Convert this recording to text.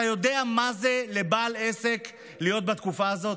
אתה יודע מה זה לבעל עסק להיות בתקופה הזאת?